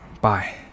Bye